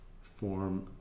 form